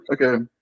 Okay